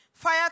Fire